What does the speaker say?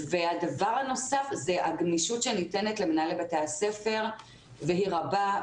והדבר הנוסף הוא הגמישות שניתנת למנהלי בתי הספר והיא רבה.